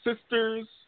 sisters